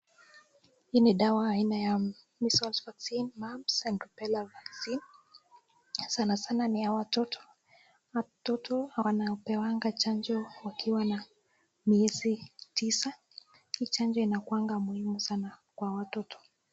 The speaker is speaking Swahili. Hii ni dawa aina ya Measles Vaccine Mumps and Rubella Vaccine sana sana ni ya watoto. Watpto hupeanwa chanjo sana sanaa wakiwa miezi tisa. Hii chanjo inakuanga muhimu sanaa kwa watoto.